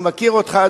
אני מכיר אותך,